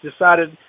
decided